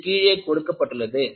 இது கீழே கொடுக்கப்பட்டுள்ளது